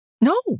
No